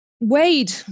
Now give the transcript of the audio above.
Wade